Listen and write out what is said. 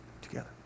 together